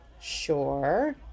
Sure